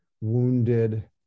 wounded